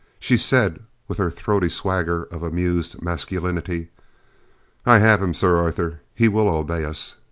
she said, with her throaty swagger of amused, masculinity i have him, sir arthur. he will obey us.